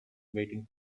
waiting